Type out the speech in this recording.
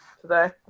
today